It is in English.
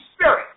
Spirit